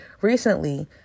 Recently